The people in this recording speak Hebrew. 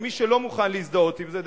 ומי שלא מוכן להזדהות עם זה,